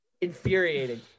infuriating